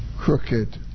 crooked